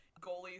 goalies